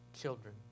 children